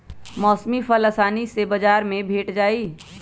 मौसमी फल असानी से बजार में भेंट जाइ छइ